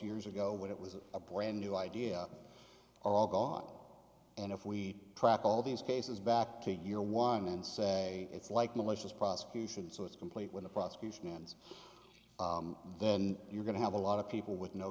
years ago when it was a brand new idea are all gone and if we track all these cases back to your one and say it's like malicious prosecution so it's complete with the prosecution and then you're going to have a lot of people with no